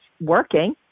working